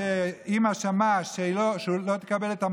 הינה שוויון.